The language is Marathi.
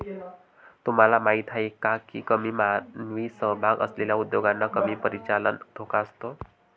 तुम्हाला माहीत आहे का की कमी मानवी सहभाग असलेल्या उद्योगांना कमी परिचालन धोका असतो?